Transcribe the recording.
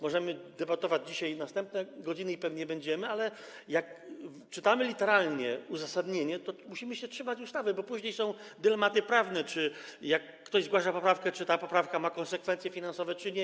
Możemy debatować dzisiaj przez następne godziny, i pewnie będziemy, ale jeżeli czytamy literalnie uzasadnienie, to musimy się trzymać ustawy, bo później są dylematy prawne, czy jeżeli ktoś zgłasza poprawkę, to czy ta poprawka ma konsekwencje finansowe, czy nie.